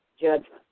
judgment